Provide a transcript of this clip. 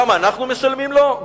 גם אנחנו משלמים לו,